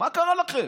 מה קרה לכם?